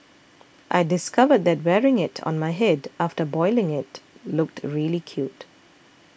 I discovered that wearing it on my head after boiling it looked really cute